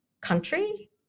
country